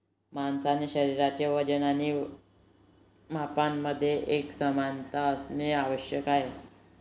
माणसाचे शरीराचे वजन आणि मापांमध्ये एकसमानता असणे आवश्यक आहे